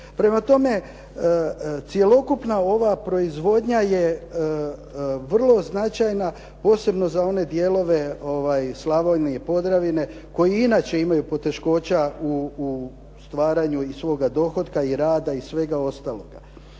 Prema tome, cjelokupna ova proizvodnja je vrlo značajna, posebno za one dijelove Slavonije i Podravine koji inače imaju poteškoća u stvaranju iz svoga dohotka i rada i svega ostaloga.